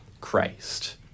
Christ